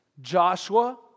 Joshua